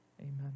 Amen